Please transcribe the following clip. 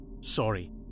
Sorry